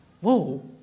Whoa